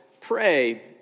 pray